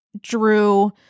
Drew